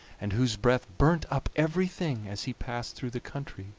and whose breath burnt up everything as he passed through the country